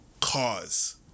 cause